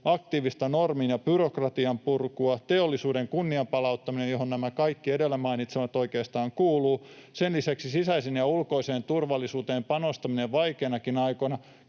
aktiivista normien ja byrokratian purkua ja teollisuuden kunnianpalauttaminen, johon nämä kaikki edellä mainitsemani oikeastaan kuuluvat. Sen lisäksi sisäiseen ja ulkoiseen turvallisuuteen panostaminen vaikeinakin aikoina.